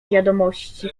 wiadomości